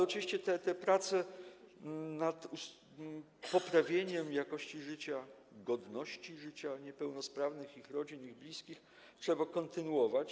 Oczywiście te prace nad poprawieniem jakości życia, godności życia niepełnosprawnych, ich rodzin i bliskich trzeba kontynuować.